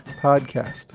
podcast